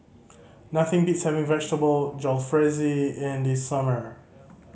nothing beats having Vegetable Jalfrezi in the summer